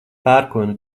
pērkona